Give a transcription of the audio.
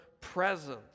presence